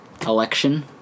Election